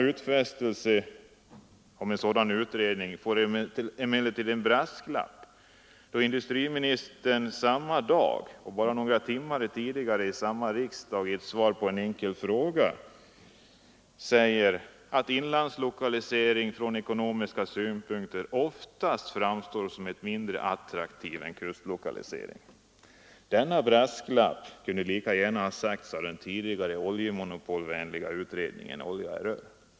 Utfästelsen om en sådan utredning innehåller en brasklapp, eftersom industriministern bara några timmar tidigare samma dag i samma riksdag i ett svar på en enkel fråga säger att inlandslokalisering från ekonomiska synpunkter oftast framstår som mindre attraktiv än kustlokalisering. Denna brasklapp kunde lika gärna ha framförts av den tidigare, oljemonopolvänliga utredningen Olja i rör.